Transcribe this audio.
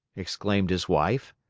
exclaimed his wife,